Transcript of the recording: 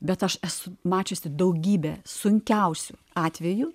bet aš esu mačiusi daugybę sunkiausių atvejų